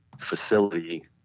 facility